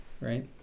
right